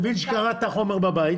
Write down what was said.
אני מבין שקראת את החומר בבית.